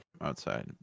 outside